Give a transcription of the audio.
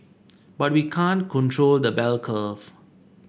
but we can't control the bell curve